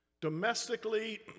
domestically